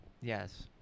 Yes